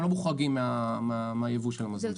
לא מוחרגים מהייבוא של המזון.